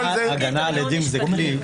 הגנה על עדים זה כלי.